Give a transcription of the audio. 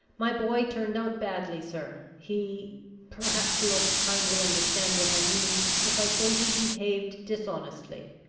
my boy turned out badly, sir. he perhaps you will kindly understand what i mean, if i say he behaved dishonestly.